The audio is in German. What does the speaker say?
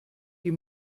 die